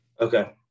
Okay